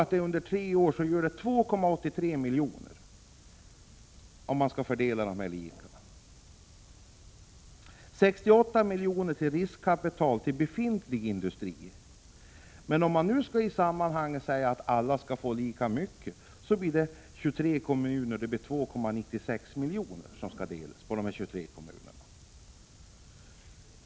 Det gör under tre år 2,83 miljoner, om man fördelar dessa pengar lika på kommunerna. 68 miljoner skall gå till riskkapital för befintlig industri. Men om man i det här sammanhanget säger att alla kommuner skall få lika mycket pengar blir det 2,96 miljoner till varje kommun.